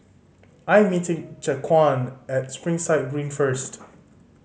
I am meeting Jaquan at Springside Green first